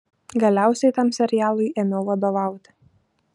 galiausiai tam serialui ėmiau vadovauti